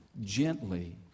gently